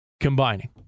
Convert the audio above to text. combining